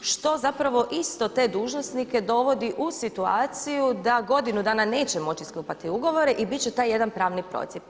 Što zapravo isto te dužnosnike dovodi u situaciju da godinu dana neće moći sklapati ugovore i bit će taj jedan pravni procjep.